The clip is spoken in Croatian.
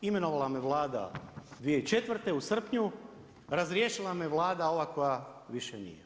Imenovala me Vlada 2004. u srpnju, razriješila me Vlada ova koja više nije.